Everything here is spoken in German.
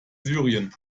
syrien